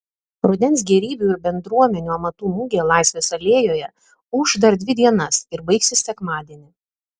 rudens gėrybių ir bendruomenių amatų mugė laisvės alėjoje ūš dar dvi dienas ir baigsis sekmadienį